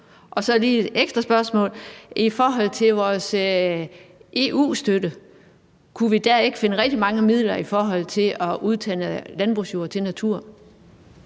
jeg lige et ekstra spørgsmål i forhold til vores EU-støtte, nemlig om vi der ikke kunne finde rigtig mange midler i forhold til at udtage landbrugsjord til natur.